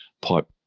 pipe